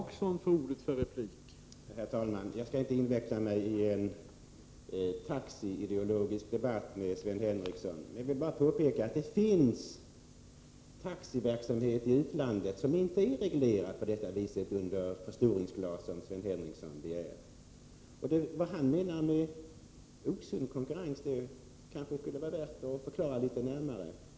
Herr talman! Jag skall inte inveckla mig i någon taxiideologisk debatt med Sven Henricsson. Jag vill bara påpeka att det i utlandet finns taxiverksamhet som inte på det sätt som Sven Henricsson begär är reglerad under förstoringsglas. Vad Sven Henricsson menar med osund konkurrens kanske skulle vara värt att förklara litet närmare.